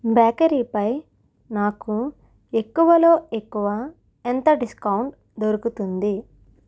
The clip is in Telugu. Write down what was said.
బేకరీ పై నాకు ఎక్కువలో ఎక్కువ ఎంత డిస్కౌంట్ దొరుకుతుంది